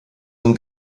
sind